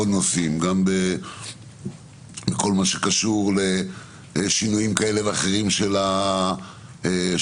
אם בכל מה שקשור בשינויים כאלה ואחרים של ההלוואה,